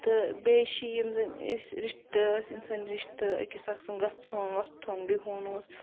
تہٕ بیٚیہِ چھِ یِم زَن أسۍ رِشتہٕ ٲسۍ اِنسٲنۍ رِشتہٕ أکِس اکھ سُند گژھُن وۄتُھُن بِہُن اوس